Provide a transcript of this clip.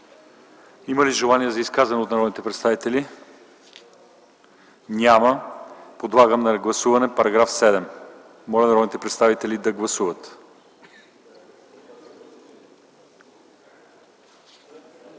Има ли желаещи за изказвания от народните представители? Няма. Подлагам на гласуване § 15. Моля народните представители да гласуват.